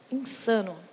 insano